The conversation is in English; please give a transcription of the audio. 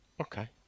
Okay